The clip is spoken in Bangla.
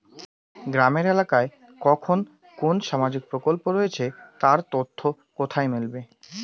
গ্রামের এলাকায় কখন কোন সামাজিক প্রকল্প রয়েছে তার তথ্য কোথায় মিলবে?